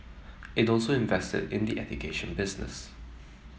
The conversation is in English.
it also invested in the education business